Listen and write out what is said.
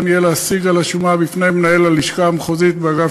יהיה להשיג על השומה בפני מנהל הלשכה המחוזית באגף